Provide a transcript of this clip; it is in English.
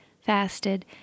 fasted